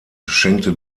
schenkte